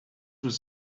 was